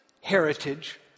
heritage